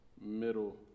middle